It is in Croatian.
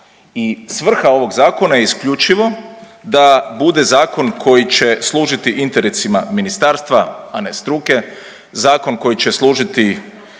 i svrha ovog zakona je isključivo da bude zakon koji će služiti interesima ministarstva, a ne struke, zakon koji će služiti